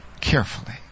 carefully